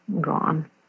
gone